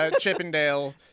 Chippendale